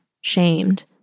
shamed